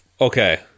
Okay